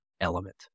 element